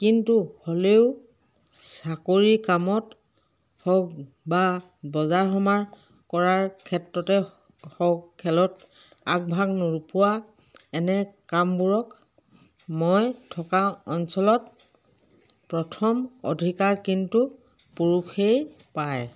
কিন্তু হ'লেও চাকৰিৰ কামত হওক বা বজাৰ সমাৰ কৰাৰ ক্ষেত্ৰতে হওক খেলত আগভাগ নোপোৱা এনে কামবোৰক মই থকা অঞ্চলত প্ৰথম অধিকাৰ কিন্তু পুৰুষেই পায়